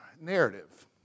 narrative